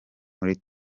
muri